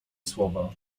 słowa